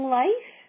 life